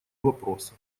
вопроса